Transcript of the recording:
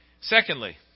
Secondly